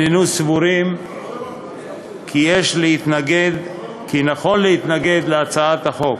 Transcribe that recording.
הננו סבורים כי נכון להתנגד להצעת החוק.